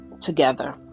together